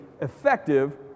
effective